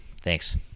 Thanks